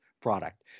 product